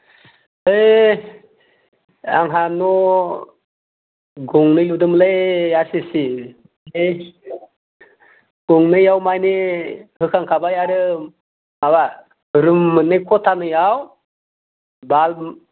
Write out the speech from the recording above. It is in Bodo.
ओइ आंहा न' गंनै लुदोंमोनलै आरसिसि बै गंनैयाव माने होखांखाबाय आरो माबा रुम मोननै खथानैयाव बाल्ब